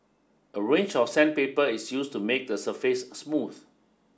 a range of sandpaper is used to make the surface smooth